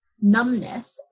numbness